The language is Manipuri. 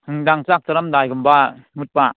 ꯅꯨꯡꯗꯥꯡ ꯆꯥꯛ ꯆꯥꯔꯝꯗꯥꯏꯒꯨꯝꯕ ꯃꯨꯠꯄ